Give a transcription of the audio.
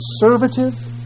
conservative